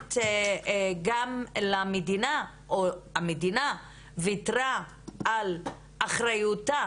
נותנת גם למדינה או המדינה ויתרה על אחריותה